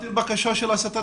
קיבלתם בקשה של הסטה